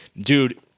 dude